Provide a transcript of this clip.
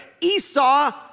Esau